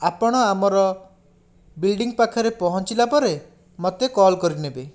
ଆପଣ ଆମର ବିଲ୍ଡିଂ ପାଖରେ ପହଞ୍ଚିଲା ପରେ ମୋତେ କଲ କରିନେବେ